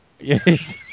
Yes